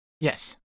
Yes